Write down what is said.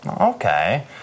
Okay